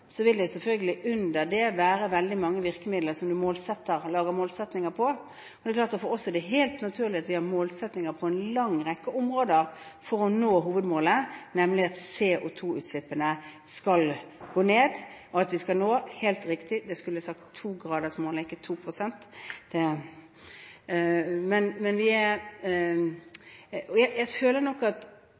vil det selvfølgelig under det være veldig mange virkemidler som du lager målsettinger på. Det er klart at for oss er det helt naturlig at vi har målsettinger på en lang rekke områder for å nå hovedmålet, nemlig at CO2-utslippene skal gå ned, og at vi skal nå togradersmålet – det er helt riktig at det jeg skulle sagt, var togradersmålet, ikke toprosentsmålet. Jeg føler nok at dette er litt en skinndiskusjon, for ingen er uenig i at